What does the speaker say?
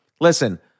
listen